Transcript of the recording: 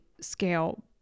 scale